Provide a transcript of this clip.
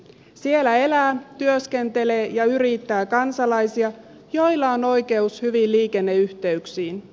siellä elää työskentelee ja yrittää kansalaisia joilla on oikeus hyviin liikenneyhteyksiin